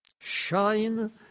shine